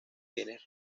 bienes